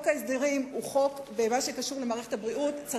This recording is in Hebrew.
במה שקשור למערכת הבריאות,